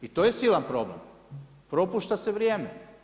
I to je silan problem, propušta se vrijeme.